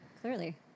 Clearly